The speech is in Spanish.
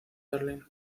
berlín